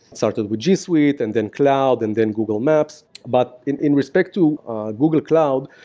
started with gsuite and then cloud and then google maps, but in in respect to google cloud.